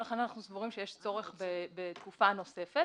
ולכן אנחנו סבורים שיש צורך בתקופה נוספת.